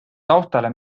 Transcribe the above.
taustale